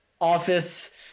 office